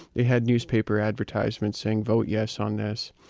they had newspaper advertisements saying, vote yes on this.